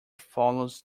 follows